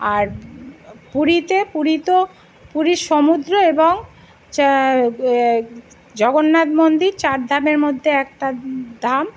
আর পুরীতে পুরী তো পুরীর সমুদ্র এবং জগন্নাথ মন্দির চার ধামের মধ্যে একটা ধাম